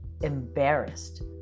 embarrassed